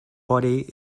body